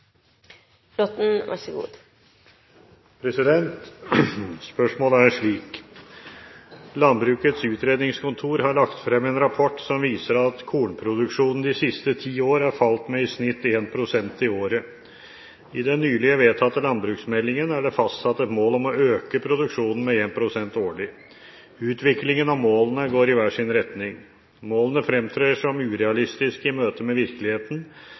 dette gjelder. Så får vi håpe at man finner en minnelig løsning på problemet. Spørsmålet er slik: «Landbrukets Utredningskontor har lagt frem en rapport som viser at kornproduksjonen de siste ti år er falt med i snitt 1 pst. i året. I den nylig vedtatte landbruksmeldingen er det fastsatt et mål om å øke produksjonen med 1 pst. årlig. Utviklingen og målene går i hver sin retning. Målene fremtrer som urealistiske i møtet med virkeligheten,